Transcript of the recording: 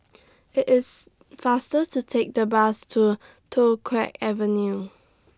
IT IS faster to Take The Bus to Toh Avenue